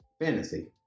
fantasy